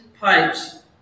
pipes